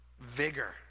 vigor